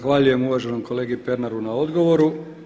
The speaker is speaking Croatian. Zahvaljujem uvaženom kolegi Pernaru na odgovoru.